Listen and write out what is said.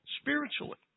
spiritually